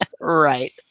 Right